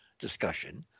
discussion